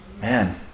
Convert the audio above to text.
man